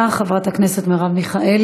תודה רבה, חברת הכנסת מרב מיכאלי.